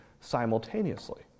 simultaneously